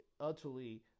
utterly